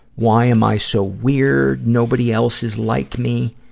why am i so weird? nobody else is like me.